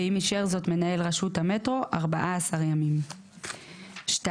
ואם אישר זאת מנהל רשות המטרו 14 ימים,"; (2)